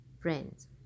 friends